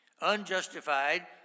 unjustified